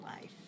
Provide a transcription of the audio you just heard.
life